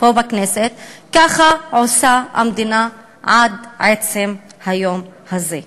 פה בכנסת: ככה עושה המדינה עד עצם היום הזה.